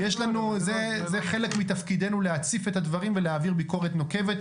זה חלק מתפקידנו להציף את הדברים ולהעביר ביקורת נוקבת,